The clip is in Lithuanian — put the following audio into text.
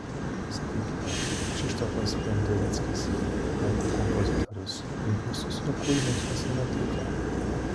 sakykime krzyštofas pendereckis lenkų kompozitorius beveik visus jo kūrinius esame atlikę